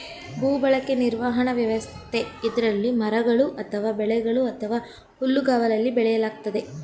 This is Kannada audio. ಭೂಬಳಕೆ ನಿರ್ವಹಣಾ ವ್ಯವಸ್ಥೆ ಇದ್ರಲ್ಲಿ ಮರಗಳು ಅಥವಾ ಬೆಳೆಗಳು ಅಥವಾ ಹುಲ್ಲುಗಾವಲಲ್ಲಿ ಬೆಳೆಯಲಾಗ್ತದೆ